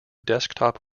desktop